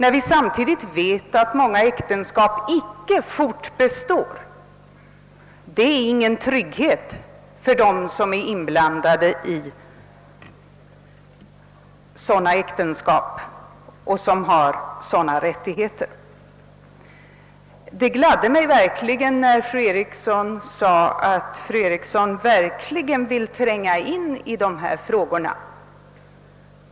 Eftersom många äktenskap som bekant inte fortbestår, blir tryggheten då ganska liten. Det gladde mig att höra att fru Eriksson verkligen vill tränga in i dessa frågor.